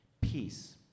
Peace